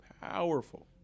powerful